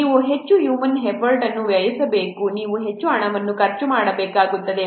ನೀವು ಹೆಚ್ಚು human effort ಅನ್ನು ವ್ಯಯಿಸಬೇಕು ನೀವು ಹೆಚ್ಚು ಹಣವನ್ನು ಖರ್ಚು ಮಾಡಬೇಕಾಗುತ್ತದೆ